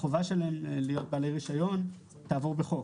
החובה שלהם להיות בעלי רישיון תעבור בחוק